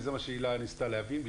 וזה מה שהילה ניסתה להבין,